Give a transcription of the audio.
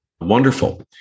wonderful